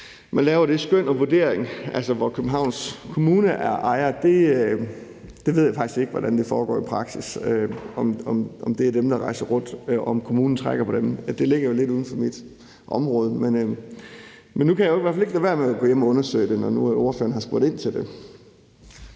man laver det skøn og den vurdering, altså hvor Københavns Kommune er ejer, ved jeg faktisk ikke, hvordan det foregår i praksis. Jeg ved ikke, om det er dem, der rejser rundt, og om kommunen trækker på dem. Det ligger jo lidt uden for mit område. Men nu kan jeg i hvert fald ikke lade være med at gå hjem og undersøge det, når nu ordføreren har spurgt ind til det.